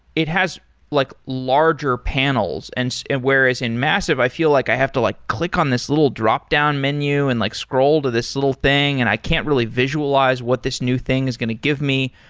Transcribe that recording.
it has like larger panels. and and whereas in massive, i feel like i have to like click on this little drop down menu and like scroll to this little thing, and i can't really visualize what this new thing is going to give me.